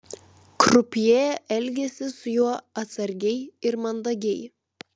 krupjė elgėsi su juo atsargiai ir mandagiai